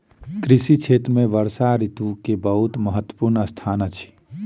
कृषि क्षेत्र में वर्षा ऋतू के बहुत महत्वपूर्ण स्थान अछि